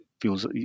feels